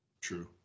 True